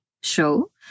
show